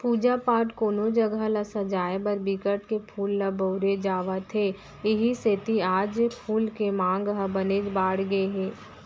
पूजा पाठ, कोनो जघा ल सजाय बर बिकट के फूल ल बउरे जावत हे इहीं सेती आज फूल के मांग ह बनेच बाड़गे गे हे